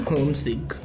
Homesick